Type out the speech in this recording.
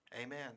Amen